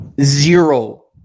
zero